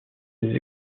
des